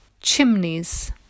chimneys